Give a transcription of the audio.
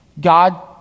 God